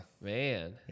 Man